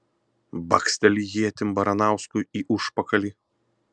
baksteli ietim baranauskui į užpakalį